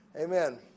Amen